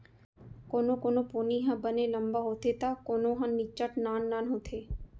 कोनो कोनो पोनी ह बने लंबा होथे त कोनो ह निच्चट नान नान होथे